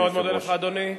אני מאוד מודה לך, אדוני.